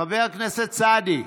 חבר הכנסת סעדי,